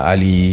Ali